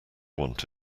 want